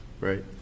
right